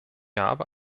habe